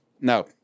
No